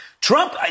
Trump